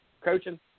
coaching